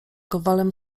kowalem